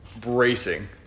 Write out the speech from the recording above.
Bracing